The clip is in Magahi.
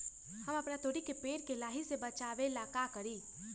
हम अपना तोरी के पेड़ के लाही से बचाव ला का करी?